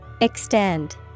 Extend